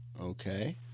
okay